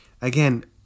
again